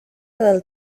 del